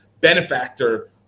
benefactor